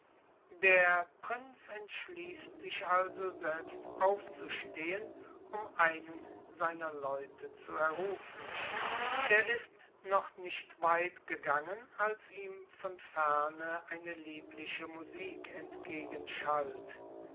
der prinz entschließt sich also selbst aufzustehen um einen seiner leute zu errufen er ist noch nicht weit gegangen als ihm von ferne eine liebliche musik entgegenschallt